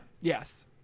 Yes